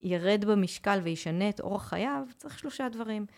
ירד במשקל וישנה את אורח חייו, צריך שלושה דברים.